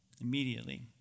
Immediately